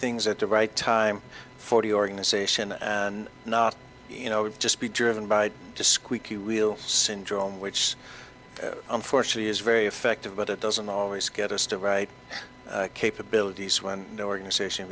things at the right time for the organization and not you know just be driven by the squeaky wheel syndrome which unfortunately is very effective but it doesn't always get us to right capabilities when no organization